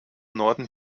norden